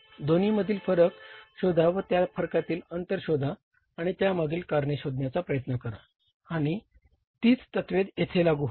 दोन्हीमधील फरक शोधा व त्या फरकातील अंतर शोधा आणि त्यामागील कारण शोधण्याचा प्रयत्न करा आणि तीच तत्त्वे येथे लागू होतात